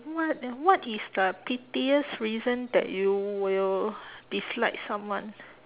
what what is the pettiest reason that you will dislike someone